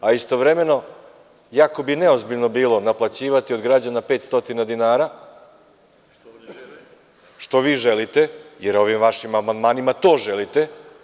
Istovremeno, jako bi neozbiljno bilo naplaćivati od građana 500 dinara, što vi želite, jer ovim vašim amandmanima to želite.